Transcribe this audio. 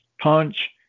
punch